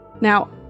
Now